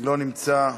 לא נמצא.